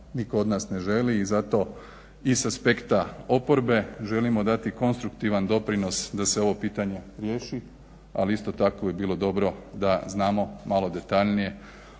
nitko od nas ne želi. I zato i sa aspekta oporbe želimo dati konstruktivan doprinos da se ovo pitanje riješi, ali isto tako bi bilo dobro da znamo malo detaljnije